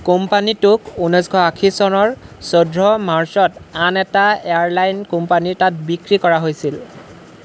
কোম্পানীটোক ঊনৈছশ আশী চনৰ চৈধ্য মাৰ্চত আন এটা এয়াৰলাইন কোম্পানীৰ তাত বিক্ৰী কৰা হৈছিল